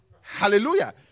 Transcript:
Hallelujah